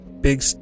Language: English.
big